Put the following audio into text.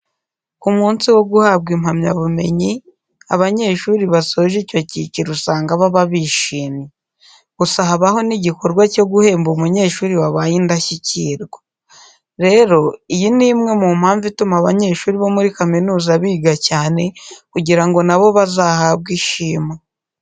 Ku munsi wo guhabwa impamyabumenyi, abanyeshuri basoje icyo cyiciro uzanga baba bishimye. Gusa habaho n'igikorwa cyo guhemba umunyeshuri wabaye indashyikirwa. Rero, iyi ni imwe mu mpamvu ituma abanyeshuri bo muri kaminuza biga cyane kugira ngo na bo bazahabwe ishimwe.